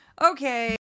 Okay